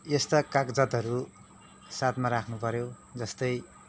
यस्ता कागजातहरू साथमा राख्नुपऱ्यो जस्तै